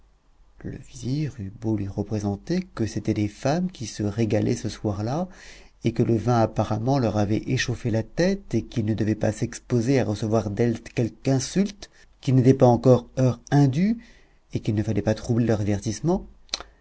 le vizir eut beau lui représenter que c'étaient des femmes qui se régalaient ce soir-là et que le vin apparemment leur avait échauffé la tête et qu'il ne devait pas s'exposer à recevoir d'elles quelque insulte qu'il n'était pas encore heure indue et qu'il ne fallait pas troubler leur divertissement